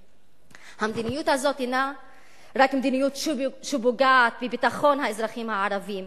המדיניות הזאת אינה רק מדיניות שפוגעת בביטחון האזרחים הערבים.